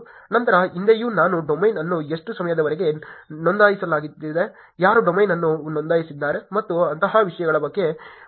ನಂತರ ಹಿಂದೆಯೂ ನಾನು ಡೊಮೇನ್ ಅನ್ನು ಎಷ್ಟು ಸಮಯದವರೆಗೆ ನೋಂದಾಯಿಸಲಾಗಿದೆ ಯಾರು ಡೊಮೇನ್ ಅನ್ನು ನೋಂದಾಯಿಸಿದ್ದಾರೆ ಮತ್ತು ಅಂತಹ ವಿಷಯಗಳ ಬಗ್ಗೆ ಪ್ರಸ್ತಾಪಿಸಿದ್ದೇನೆ